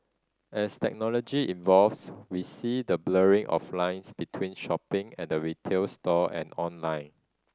as technology evolves we see the blurring of lines between shopping at a retail store and online